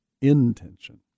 intention